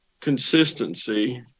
consistency